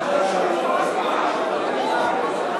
עוד שנים,